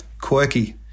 Quirky